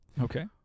Okay